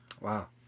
Wow